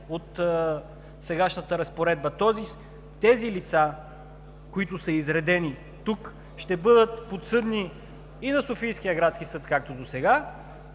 от сегашната разпоредба. Тоест тези лица, които са изредени тук, ще бъдат подсъдни и на Софийския градски съд, както досега,